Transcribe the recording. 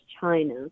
China